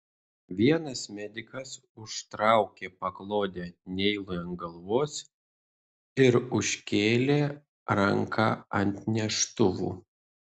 vienas medikas užtraukė paklodę neilui ant galvos ir užkėlė ranką ant neštuvų